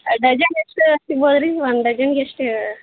dozen ಎಷ್ಟು ಸಿಗ್ಬೋದು ರೀ ಒಂದು ಡಜನ್ನಿಗೆಷ್ಟು